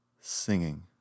singing